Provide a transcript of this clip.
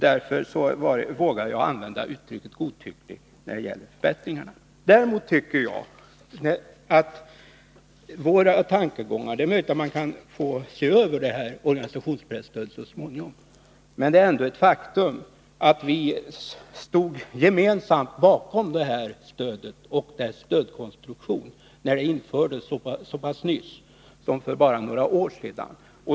Därför vågar jag använda uttrycket ”godtycklig” när det gäller förbättringarna. Det är möjligt att man kan få se över organisationspresstödet så småningom. Men det är ändå ett faktum att vi gemensamt stod bakom detta stöd och dess konstruktion när det infördes så sent som för bara några år sedan.